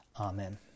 Amen